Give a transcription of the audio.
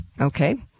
okay